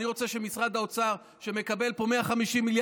אני לא אפגע פה בשם שלך.